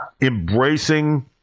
embracing